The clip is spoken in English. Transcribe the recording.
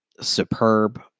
superb